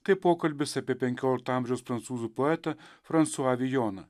tai pokalbis apie penkioliktojo amžiaus prancūzų poetą fransua vijoną